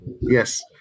Yes